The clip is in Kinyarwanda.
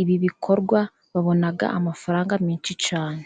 ibi bikorwa babona amafaranga menshi cyane.